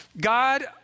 God